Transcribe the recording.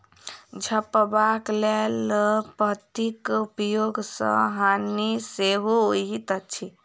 झपबाक लेल पन्नीक उपयोग सॅ हानि सेहो होइत अछि